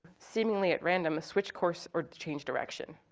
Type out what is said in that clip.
seemingly at random switch course or change direction.